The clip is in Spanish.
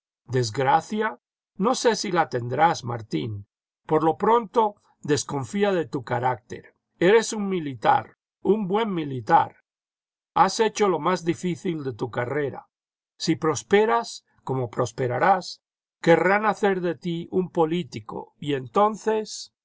desgracia no sé si la tendrás martín por lo pronto desconfía de tu carácter eres un militar un buen militar has hecho lo más difícil de tu carrera si prosperas como prosperarás querrán hacer de ti un político y entonces